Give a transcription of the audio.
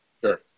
Sure